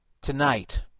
tonight